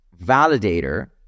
validator